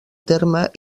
terme